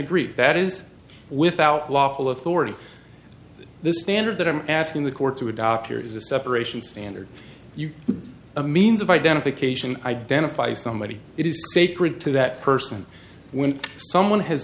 agree that is without lawful authority the standard that i'm asking the court to adopt here is a separation standard a means of identification identify somebody it is sacred to that person when someone has